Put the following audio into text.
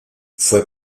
fue